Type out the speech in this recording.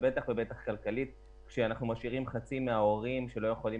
בטח ובטח כלכלית כשאנחנו משאירים חצי מההורים שלא יכולים